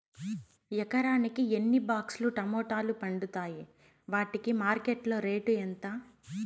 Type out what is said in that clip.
ఎకరాకి ఎన్ని బాక్స్ లు టమోటాలు పండుతాయి వాటికి మార్కెట్లో రేటు ఎంత?